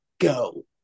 go